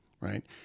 right